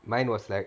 mine was like